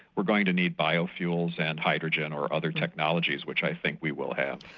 we're going to need biofuels and hydrogen or other technologies, which i think we will have.